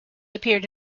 appeared